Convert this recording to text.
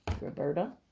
Roberta